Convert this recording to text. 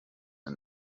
and